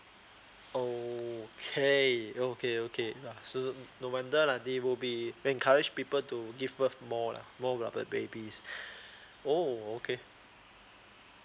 okay okay okay uh so so no wonder lah they will be encourage people to give birth more lah more of uh babies oh okay